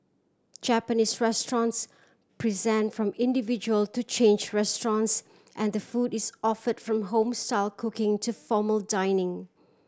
Japanese restaurants present from individual to change restaurants and the food is offered from home style cooking to formal dining